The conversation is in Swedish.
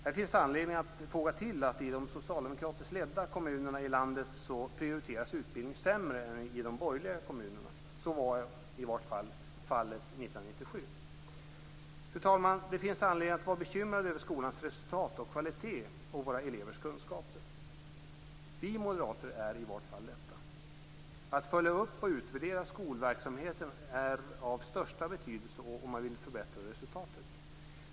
Här finns anledning att tillfoga att utbildning prioriteras sämre i de socialdemokratiskt ledda kommunerna i landet än i de borgerliga kommunerna. Så var i varje fall fallet 1997. Fru talman! Det finns anledning att vara bekymrad över skolans resultat och kvalitet och våra elevers kunskaper. Vi moderater är i varje fall detta. Att följa upp och utvärdera skolverksamheten är av största betydelse om man vill förbättra resultatet.